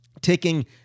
taking